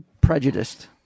prejudiced